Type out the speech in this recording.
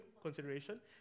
consideration